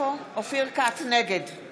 נגד